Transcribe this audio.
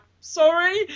sorry